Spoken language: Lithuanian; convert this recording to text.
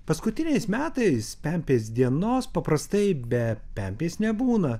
paskutiniais metais pempės dienos paprastai be pempės nebūna